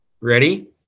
Ready